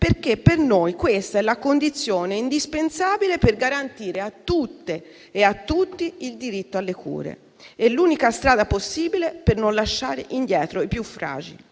perché per noi questa è la condizione indispensabile per garantire a tutte e a tutti il diritto alle cure e l'unica strada possibile per non lasciare indietro i più fragili.